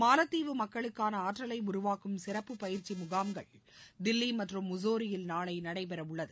மாலத்தீவு மக்களுக்கான ஆற்றலை உருவாக்கும் சிறப்பு பயிற்சி முகாம்கள் தில்லி மற்றும் முசோரியில் நாளை நடைபெற உள்ளது